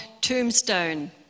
tombstone